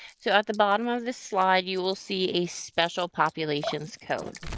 so at the bottom of the slide, you will see a special populations code.